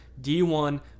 D1